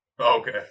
Okay